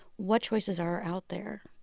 what choices are out there?